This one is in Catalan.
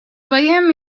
veiem